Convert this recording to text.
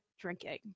drinking